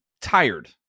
tired